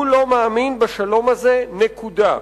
הוא לא מאמין בשלום הזה, נקודה.